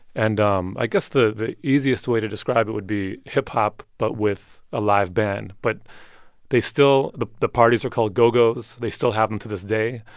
and um i guess the the easiest way to describe it would be hip-hop but with a live band. but they still the the parties are called go-gos. they still have them to this day.